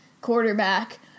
quarterback